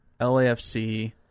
LAFC